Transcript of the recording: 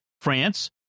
France